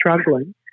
struggling